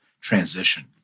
transition